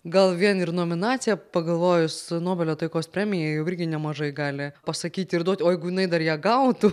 gal vien ir nominacija pagalvojus nobelio taikos premijai jau irgi nemažai gali pasakyti ir duoti o jeigu jinai dar ją gautų